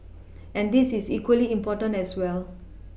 and this is equally important as well